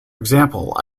example